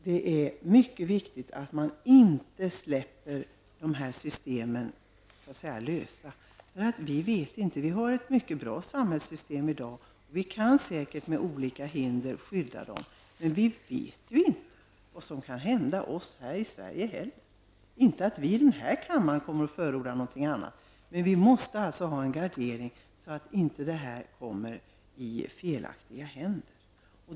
Det är mycket viktigt att se till att sådana här system inte ''släpps lösa''. Vi har i dagens samhälle mycket bra system, och vi kan säkert genom olika hinder skydda dessa. Men vi vet ju inte vad som kan hända i framtiden. Det handlar då inte om att vi här i kammaren skulle komma att förorda ett annat system, utan det handlar om att vi måste gardera oss. Sådana här uppgifter får ju inte komma i orätta händer.